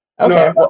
Okay